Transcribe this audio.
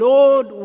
Lord